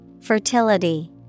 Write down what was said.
Fertility